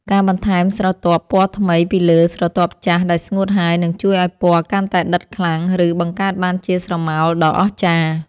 ការបន្ថែមស្រទាប់ពណ៌ថ្មីពីលើស្រទាប់ចាស់ដែលស្ងួតហើយនឹងជួយឱ្យពណ៌កាន់តែដិតខ្លាំង ឬ បង្កើតបានជាស្រមោលដ៏អស្ចារ្យ។